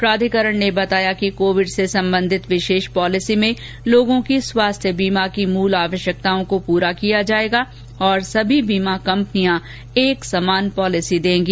प्राधिकरण ने बताया कि कोविड से संबंधित विशेष पॉलिसी में लोगों की स्वास्थ्य बीमा की मूल आवश्यकताओं को प्रा किया जाएगा और सभी बीमा कंपनियां एक समान पॉलिसी देंगी